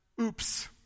oops